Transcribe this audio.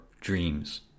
dreams